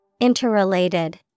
Interrelated